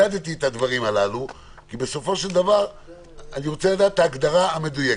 הגדרתם סוכה ואני רוצה להבהיר את ההגדרה הזאת.